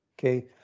Okay